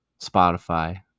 Spotify